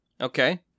Okay